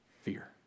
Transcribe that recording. fear